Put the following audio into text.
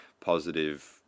positive